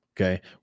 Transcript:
okay